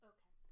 Okay